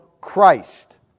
Christ